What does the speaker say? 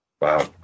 Wow